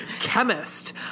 chemist